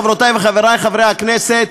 חברותי וחברי חברי הכנסת?